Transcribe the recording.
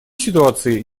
ситуации